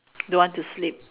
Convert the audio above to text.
don't want to sleep